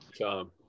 Tom